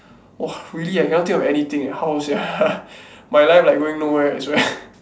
!wah! really ah I cannot think of anything eh how sia my life like going nowhere I swear